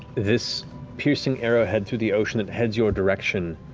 this piercing arrowhead, through the ocean that heads your direction,